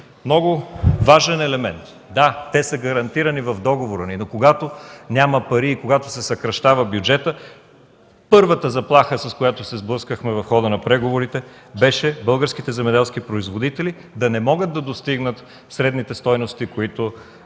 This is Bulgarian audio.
много важен елемент. Да, те са гарантирани в договора ни, но когато няма пари и когато се съкращава бюджетът, първата заплаха, с която се сблъскахме в хода на преговорите, беше българските земеделски производители да не могат да достигнат средните стойности, които